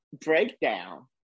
breakdown